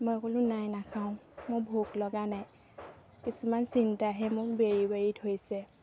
মই বোলো নাই নাখাওঁ মোৰ ভোক লগা নাই কিছুমান চিন্তা হে মোক বেৰি বেৰি থৈছে